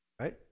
right